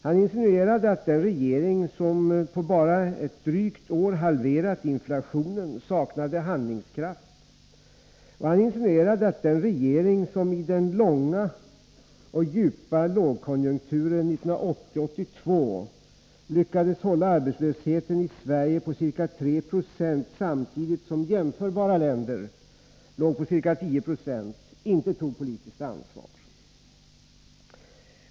Han insinuerade att den regering som på bara ett drygt år halverat inflationen saknade handlingskraft, och han insinuerade att den regering som i den långa och djupa lågkonjunkturen 1980-1982 lyckades hålla arbetslösheten i Sverige på ca 3 Jo, samtidigt som den i jämförbara länder låg på ca 10 96, inte tog politiskt ansvar.